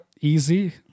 easy